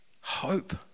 hope